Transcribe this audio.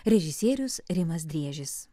režisierius rimas driežis